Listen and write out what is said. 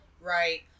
Right